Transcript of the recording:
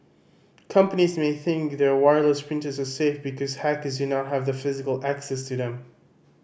companies may think their wireless printers are safe because hackers do not have physical access to them